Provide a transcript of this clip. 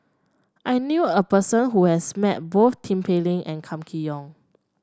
I knew a person who has met both Tin Pei Ling and Kam Kee Yong